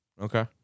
okay